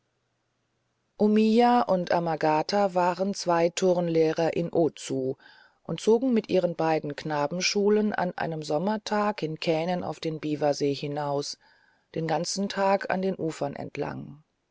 omiya und amagata waren zwei turnlehrer in ozu und zogen mit ihren beiden knabenschulen an einem sommertage in kähnen auf den biwasee hinaus den ganzen tag an den ufern entlang